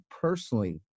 personally